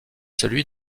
celui